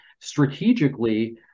strategically